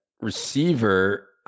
receiver